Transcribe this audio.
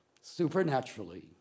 supernaturally